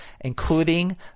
including